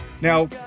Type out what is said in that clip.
Now